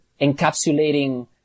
encapsulating